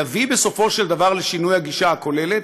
יביא בסופו של דבר לשינוי הגישה הכוללת.